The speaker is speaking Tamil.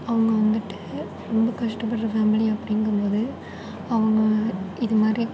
அவங்க வந்துட்டு ரொம்ப கஷ்டப்படுகிற ஃபேமிலி அப்படிங்கும் போது அவங்க இது மாதிரி